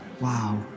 Wow